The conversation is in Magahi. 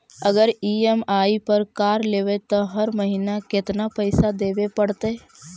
अगर ई.एम.आई पर कार लेबै त हर महिना केतना पैसा देबे पड़तै?